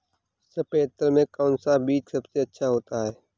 सफेद तिल में कौन सा बीज सबसे अच्छा होता है?